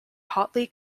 hotly